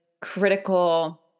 critical